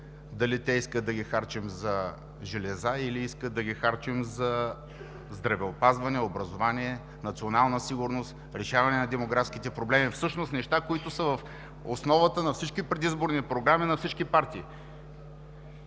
дали те искат да ги харчим за железа, или искат да ги харчим за здравеопазване, образование, национална сигурност, решаване на демографските проблеми – всъщност неща, които са в основата на всички предизборни програми на всички партии?